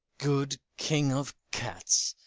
good king of cats,